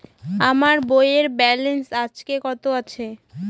আমার বইয়ের ব্যালেন্স আজকে কত আছে?